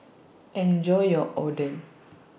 Enjoy your Oden